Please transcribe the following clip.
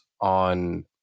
on